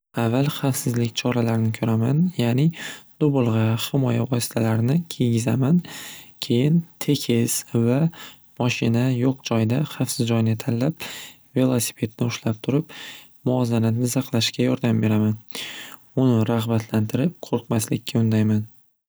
Aval xavfsizlik choralarini ko'raman ya'ni dublg'a himoya vositalarini kiygizaman keyin tekis va moshina yo'q joyda xavfsiz joyni tanlab velosipedni ushlab turib muvozanatni saqlashga yordam beraman uni rag'batlantirib qo'rqmaslikka undayman.